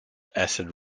acid